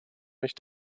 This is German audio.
mich